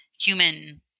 human